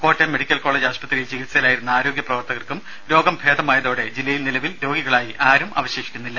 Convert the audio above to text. Kottayam medical college ആശുപത്രിയിൽ ചികിൽസയിലായിരുന്ന ആരോഗ്യ പ്രവർത്തകർക്കും രോഗം ഭേദമായതോടെ ജില്ലയിൽ നിലവിൽ രോഗികളായി ആരും അവശേഷിക്കുന്നില്ല